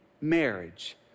marriage